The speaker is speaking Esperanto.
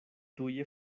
tuje